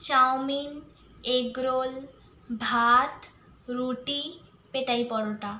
chowmein egg roll ভাত রুটি পেটাই পরোটা